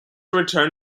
return